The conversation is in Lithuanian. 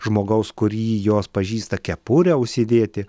žmogaus kurį jos pažįsta kepurę užsidėti